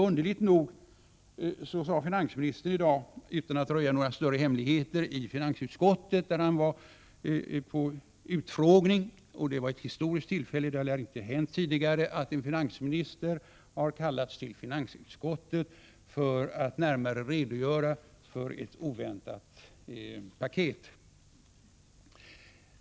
Utan att röja några större hemligheter vill jag nämna att finansministern vid en utfrågning i dag inför finansutskottet underligt nog sade att avsikten var att dämpa investeringarna. Det var ett historiskt tillfälle. Det lär inte ha hänt tidigare att en finansminister har kallats till finansutskottet för att närmare redogöra för ett oväntat paket.